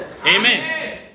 Amen